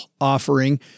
offering